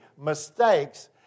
mistakes